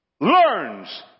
learns